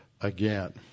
again